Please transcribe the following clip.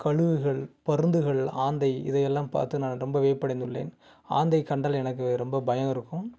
கழுகுகள் பருந்துகள் ஆந்தை இதையெல்லாம் பார்த்து நான் ரொம்ப வியப்படைந்துள்ளேன் ஆந்தை கண்டால் எனக்கு ரொம்ப பயம் இருக்கும்